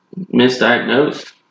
misdiagnosed